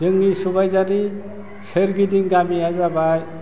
जोंनि सुबाइजारनि सोरगिदिं गामिया जाबाय